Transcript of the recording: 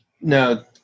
No